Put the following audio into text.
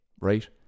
right